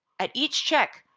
at each check,